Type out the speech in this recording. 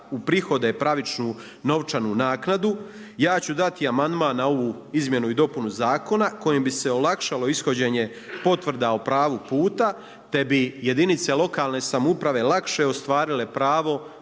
uprihode pravičnu novčanu naknadu ja ću dati amandman na ovu izmjenu i dopunu zakona kojim bi se olakšalo ishođenje potvrda o pravu puta, te bi jedinice lokalne samouprave lakše ostvarile pravo